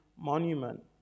monument